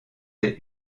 est